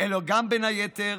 אלא גם בין היתר